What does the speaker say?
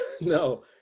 no